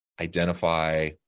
identify